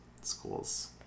schools